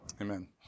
Amen